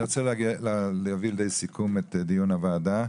אני רוצה להביא את דיון הוועדה לידי סיכום.